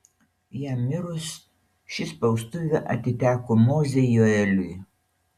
jam mirus ši spaustuvė atiteko mozei joeliui